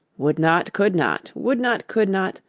would not, could not, would not, could not,